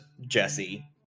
Jesse